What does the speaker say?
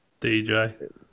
DJ